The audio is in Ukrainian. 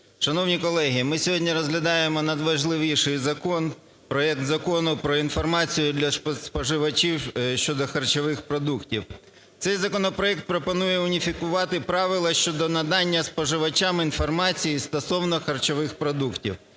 Шановні колеги, ми сьогодні розглядаємо найважливіший закон – проект Закону про інформацію для споживачів щодо харчових продуктів. Цей законопроект пропонує уніфікувати правила щодо надання споживачам інформації стосовно харчових продуктів,